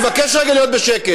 אני מבקש רגע להיות בשקט.